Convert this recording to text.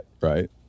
right